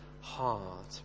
hard